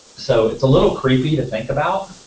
so it's a little creepy to think about,